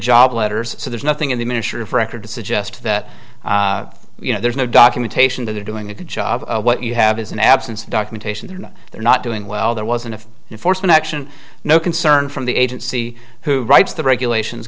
job letters so there's nothing in the minister of record to suggest that you know there's no documentation that they're doing a good job what you have is an absence of documentation they're not they're not doing well there wasn't a enforcement action no concern from the agency who writes the regulations